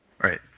right